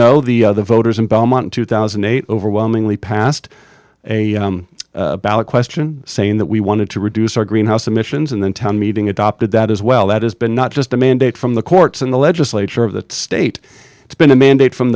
know the voters in belmont two thousand and eight overwhelmingly passed a ballot question saying that we wanted to reduce our greenhouse emissions and then town meeting adopted that as well that has been not just a mandate from the courts and the legislature of the state it's been a mandate from